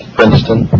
Princeton